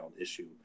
issue